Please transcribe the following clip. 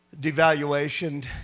devaluation